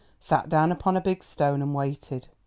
sat down upon a big stone and waited.